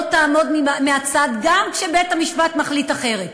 תעמוד מהצד גם כשבית-המשפט מחליט אחרת,